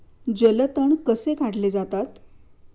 जलतण कसे काढले जातात?